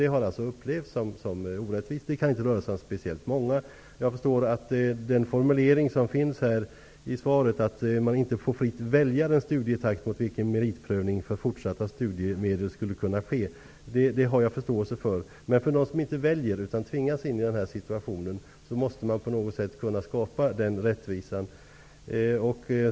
Det har upplevts som orättvist. Det kan inte röra sig om särskilt många människor. Jag har förståelse för det som sägs i svaret, att man inte fritt får välja den studietakt mot vilken meritprövning för fortsatta studiemedel skulle kunna ske. Men för dem som inte väljer utan tvingas in i denna situation, måste man på något sätt skapa rättvisa.